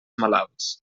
malalts